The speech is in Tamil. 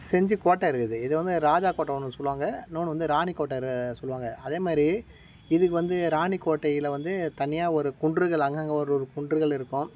செஞ்சிக் கோட்டை இருக்குது இது வந்து ராஜா கோட்டை ஒன்று சொல்லுவாங்கள் இன்னொன்னு வந்து ராணி கோட்டை இரு சொல்லுவாங்கள் அதே மாதிரி இதுக்கு வந்து ராணி கோட்டையில் வந்து தனியாக ஒரு குன்றுகள் அங்கே அங்கே ஒரு ஒரு குன்றுகள் இருக்கும்